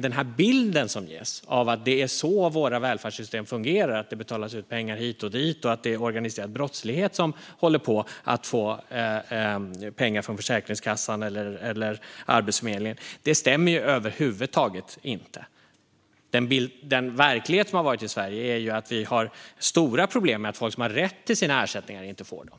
Den bild som ges av att det är så våra välfärdssystem fungerar - att det betalas ut pengar hit och dit och att det är människor inom organiserad brottslighet som får pengar från Försäkringskassan eller Arbetsförmedlingen - stämmer dock över huvud taget inte. Den verklighet som har rått i Sverige har ju snarare varit att vi har stora problem med att folk som har rätt till sina ersättningar inte får dem.